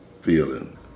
feeling